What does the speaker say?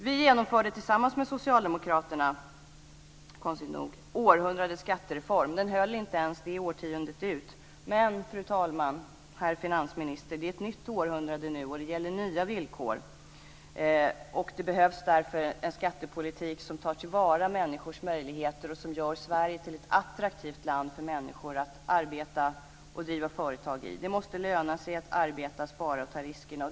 Vi genomförde tillsammans med socialdemokraterna, konstigt nog, århundradets skattereform. Den höll inte ens det årtiondet ut. Men, fru talman och herr finansminister, det är ett nytt århundrade nu, och nu gäller nya villkor. Det behövs därför en skattepolitik som tar till vara människors möjligheter och som gör Sverige till ett attraktivt land för människor att arbeta och driva företag i. Det måste löna sig att arbeta, spara och ta risker.